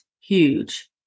huge